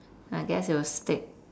I guess it will stick